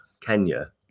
Kenya